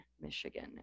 Michigan